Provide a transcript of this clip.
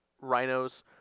rhinos